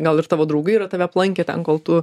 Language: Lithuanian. gal ir tavo draugai yra tave aplankę ten kol tu